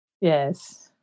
Yes